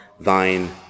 thine